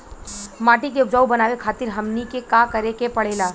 माटी के उपजाऊ बनावे खातिर हमनी के का करें के पढ़ेला?